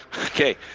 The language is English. Okay